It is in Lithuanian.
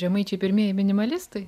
žemaičiai pirmieji minimalistai